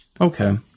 okay